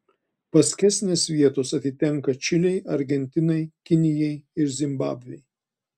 paskesnės vietos atitenka čilei argentinai kinijai ir zimbabvei